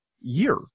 year